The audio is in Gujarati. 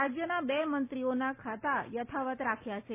રાજ્યના બે મંત્રીઓનાં ખાતા યથાવત રહ્યાં છે